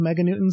meganewtons